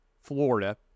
Florida